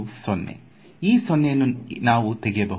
ಈ ಸೊನ್ನೆಯನ್ನು ನಾವು ತೆಗೆಯಬಹುದು